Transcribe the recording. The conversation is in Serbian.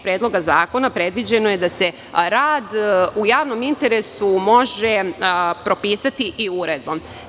Predloga zakona je predviđeno da se rad u javnom interesu može propisati i uredbom.